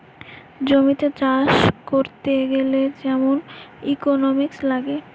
জমিতে চাষ করতে গ্যালে যে ইকোনোমিক্স লাগে